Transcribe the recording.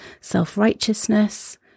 self-righteousness